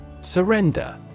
Surrender